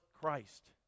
Christ